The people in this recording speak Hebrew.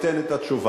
ייתן את התשובה,